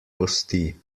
kosti